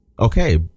Okay